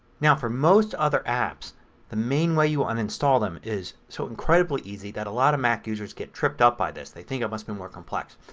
now for most other apps the main way you uninstall them is so incredibly easy that a lot of mac users get tripped up by this. they think it must be more complex.